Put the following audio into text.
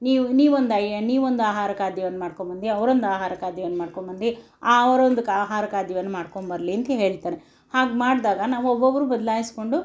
ನೀವು ನೀವೊಂದು ಐ ನೀವೊಂದು ಆಹಾರ ಖಾದ್ಯವನ್ನು ಮಾಡ್ಕೊಂಡು ಬನ್ನಿ ಅವ್ರೊಂದು ಆಹಾರ ಖಾದ್ಯವನ್ನು ಮಾಡ್ಕೊಂಡು ಬನ್ನಿ ಅವರೊಂದು ಕ ಆಹಾರ ಖಾದ್ಯವನ್ನು ಮಾಡ್ಕೊಂಡು ಬರಲಿ ಅಂತ ಹೇಳ್ತಾರೆ ಹಾಗೆ ಮಾಡಿದಾಗ ನಾವು ಒಬ್ಬೊಬ್ರು ಬದಲಾಯಿಸ್ಕೊಂಡು